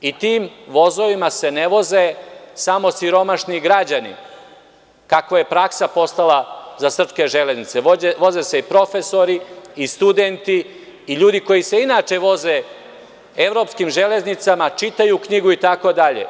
Tim vozovima se ne voze samo siromašni građani, kako je praksa postala za srpske železnice, voze se i profesori i studenti i ljudi koji se inače voze evropskim železnicama, čitaju knjigu, itd.